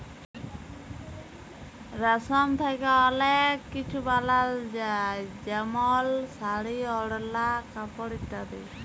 রেশম থ্যাকে অলেক কিছু বালাল যায় যেমল শাড়ি, ওড়লা, কাপড় ইত্যাদি